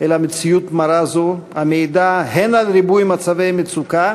אל מציאות מרה זו, המעידה הן על ריבוי מצבי מצוקה